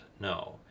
No